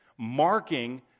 marking